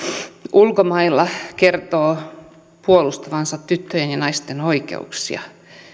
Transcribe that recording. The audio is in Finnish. ulkomailla kertoo puolustavansa tyttöjen ja naisten oikeuksia